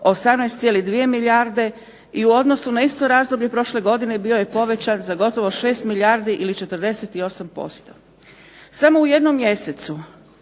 18,2 milijarde i u odnosu na isto razdoblje prošle godine bio je povećan za gotovo 6 milijardi ili 48%. Samo u jednom mjesecu,